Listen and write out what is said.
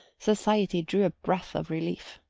society drew a breath of relief.